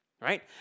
right